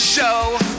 Show